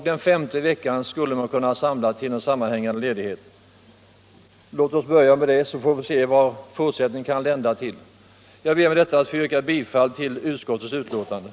Den femte veckan skulle man kunna samla till en sammanhängande ledighet. Låt oss börja med det, så får vi se vad det kan lända till. Jag ber med detta att få yrka bifall till utskottets hemställan.